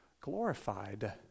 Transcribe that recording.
glorified